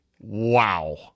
wow